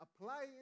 apply